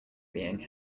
being